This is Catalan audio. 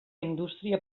indústria